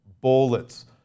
bullets